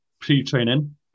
pre-training